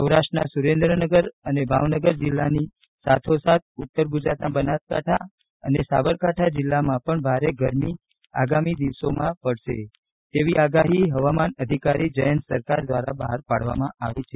સૌરાષ્ટ્રના સુરેન્દ્રનગર અને ભાવનગર જિલ્લાની સાથોસાથ ઉત્તર ગુજરાતના બનાસકાંઠા અને સાબરકાંઠા જિલ્લામાં પણ ભારે ગરમી આગામી પાંચ દિવસમાં પડશે તેવી આગાહી હવામાન અધિકારી જયંત સરકાર દ્વારા બહાર પાડવામાં આવી છે